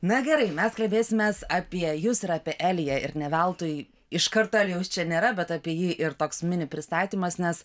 na gerai mes kalbėsimės apie jus ir apie eliją ir ne veltui iškart elijaus čia nėra bet apie jį ir toks mini pristatymas nes